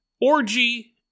Orgy